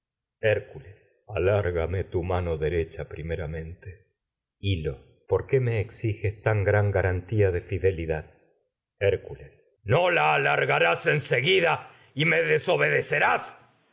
alárgame tu mano derecha primera mente hil lo fidelidad por qué me'exiges tan gran garantía de hércules no la alargarás en seguida y no me desobedecerás